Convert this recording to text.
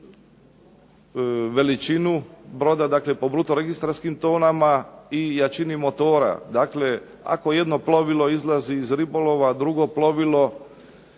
veličinu broda, po bruto registarskim tonama i jačini motora. Dakle ako jedno plovilo izlazi iz ribolova, drugo plovilo